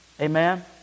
Amen